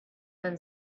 then